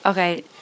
Okay